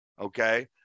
okay